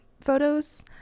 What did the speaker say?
photos